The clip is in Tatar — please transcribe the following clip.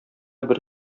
бер